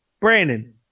Brandon